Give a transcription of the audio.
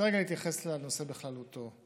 אני רוצה רגע להתייחס לנושא בכללותו.